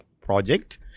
project